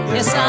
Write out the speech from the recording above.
Yes